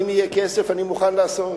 אם יהיה כסף אני מוכן לעשות,